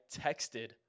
texted